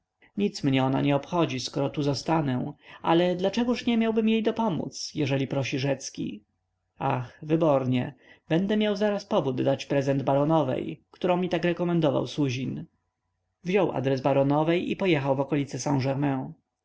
nic mnie ona nie obchodzi skoro tu zostanę ale dlaczegóż nie miałbym jej dopomódz jeżeli prosi rzecki ach wybornie będę miał zaraz powód dać prezent baronowej którą mi tak rekomendował suzin wziął adres baronowej i pojechał w okolice saint-germain w